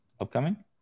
Upcoming